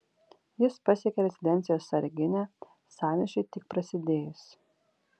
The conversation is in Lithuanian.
jis pasiekė rezidencijos sarginę sąmyšiui tik prasidėjus